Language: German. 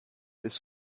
des